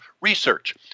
research